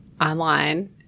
online